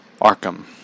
Arkham